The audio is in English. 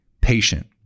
patient